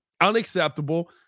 Unacceptable